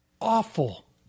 awful